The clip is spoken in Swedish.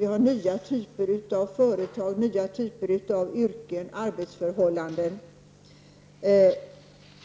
Vi har nya typer av företag, nya typer av yrken och arbetsförhållanden